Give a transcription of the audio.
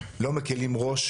לא מקלים ראש